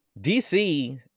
DC